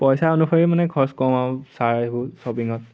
পইচা অনুসৰি মানে খৰচ কৰো আৰু চাই আহোঁ শ্বপিঙত